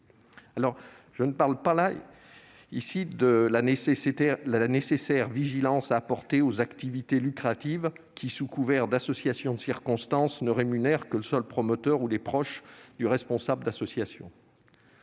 Je ne parle pas de la nécessaire vigilance à apporter aux activités lucratives qui, sous couvert d'associations de circonstances, ne rémunèrent que le seul promoteur ou les proches du responsable d'association.